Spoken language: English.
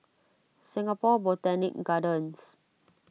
Singapore Botanic Gardens